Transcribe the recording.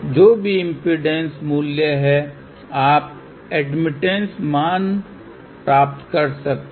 जो भी इम्पीडेन्स मूल्य है आप एडमिटन्स मान प्राप्त कर सकते हैं